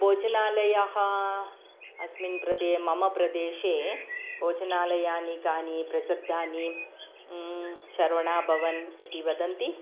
भोजनालयः अस्मिन् प्रदे मम प्रदेशे भोजनालयानि कानि प्रसिद्धानि शर्वणाभवनम् इति वदन्ति